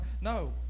No